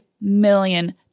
million